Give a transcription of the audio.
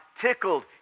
tickled